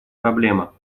проблема